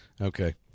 Okay